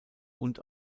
und